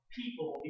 people